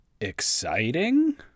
exciting